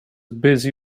busy